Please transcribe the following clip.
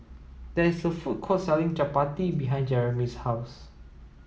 there is a food court selling Chappati behind Jeremy's house